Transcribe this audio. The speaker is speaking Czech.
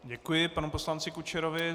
Děkuji panu poslanci Kučerovi.